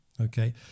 Okay